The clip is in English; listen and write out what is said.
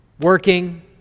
working